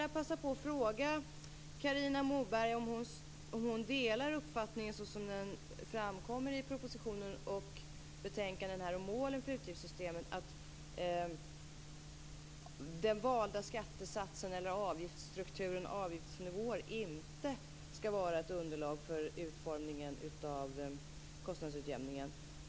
Jag skulle vilja fråga Carina Moberg om hon delar den uppfattning som framkommer i propositionen och betänkandet om målen för utgiftssystemen, dvs. att den valda skattesatsens eller avgiftsstrukturens avgiftsnivåer inte skall vara ett underlag för utformningen av kostnadsutjämningen.